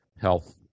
Health